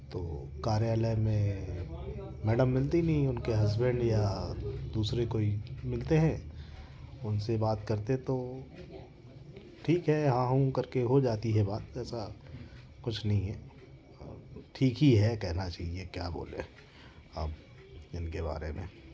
तो कार्यालय में मैडम मिलती नहीं उनके हस्बैंड या दूसरे कोई मिलते हैं उनसे बात करते तो ठीक है हाँ हूँ करके हो जाती है बात ऐसा कुछ नहीं है ठीक ही है कहना चाहिए क्या हो बोले अब इनके बारे में